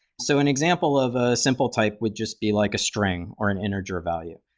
so an example of a simple type would just be like a string, or an integer value.